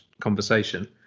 conversation